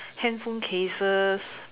handphone cases